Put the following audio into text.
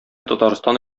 татарстан